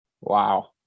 Wow